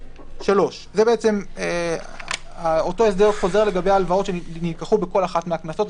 למעשה זה אותו הסדר שחוזר לגבי הלוואות שנלקחו בכל אחת מהכנסות.